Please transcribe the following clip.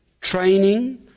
Training